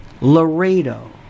Laredo